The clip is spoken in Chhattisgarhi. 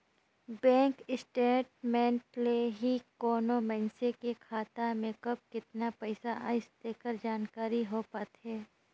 बेंक स्टेटमेंट ले ही कोनो मइसने के खाता में कब केतना पइसा आइस तेकर जानकारी हो पाथे